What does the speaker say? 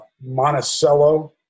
Monticello